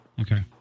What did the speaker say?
Okay